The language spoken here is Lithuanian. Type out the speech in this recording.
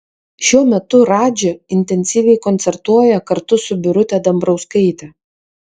šiuo metu radži intensyviai koncertuoja kartu su birute dambrauskaite